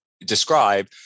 describe